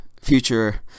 future